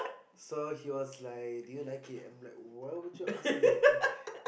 so he was like do you like it I'm like why would you ask me that